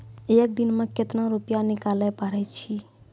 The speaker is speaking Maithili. एक दिन मे केतना रुपैया निकाले पारै छी?